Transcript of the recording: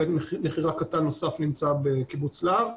בית מכירה קטן נוסף נמצא בקיבוץ להב,